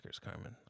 Carmen